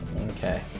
Okay